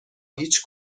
هیچ